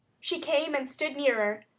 she came and stood nearer,